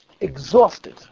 exhausted